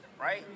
right